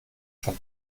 schon